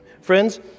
Friends